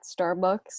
Starbucks